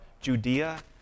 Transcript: Judea